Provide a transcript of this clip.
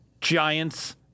Giants